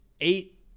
eight